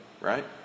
right